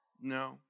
No